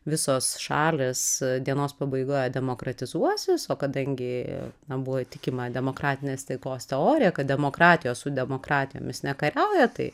visos šalys dienos pabaigoje demokratizuosis o kadangi na buvo tikima demokratinės taikos teorija kad demokratija su demokratijomis nekariauja tai